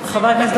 חבר הכנסת,